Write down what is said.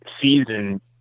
season